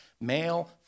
male